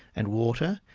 and water,